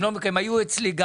הם היו גם אצלי.